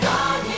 God